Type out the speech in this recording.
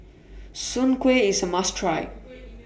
Soon Kuih IS A must Try